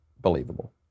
believable